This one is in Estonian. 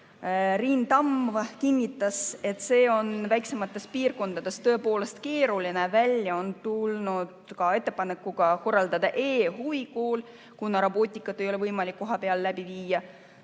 Riin Tamm kinnitas, et see on väiksemates piirkondades tõepoolest keeruline. Välja on tuldud ka ettepanekuga korraldada e‑huvikool, kuna robootikaringi ei ole võimalik kohapeal läbi viia